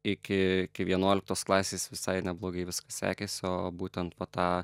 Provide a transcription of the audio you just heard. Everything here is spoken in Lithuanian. iki iki vienuoliktos klasės visai neblogai viskas sekėsi o būtent po tą